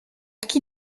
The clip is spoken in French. qui